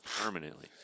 permanently